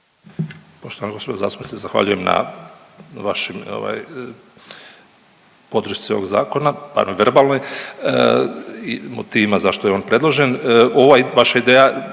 Poštovana gđo zastupnice, zahvaljujem na vašim ovaj, podršci ovog zakona, barem verbalnoj i motivima zašto je on predložen.